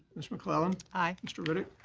ms. mcclellan. aye. mr. riddick.